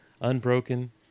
Unbroken